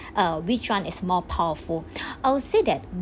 uh which one is more powerful I'll say that